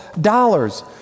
dollars